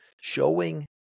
showing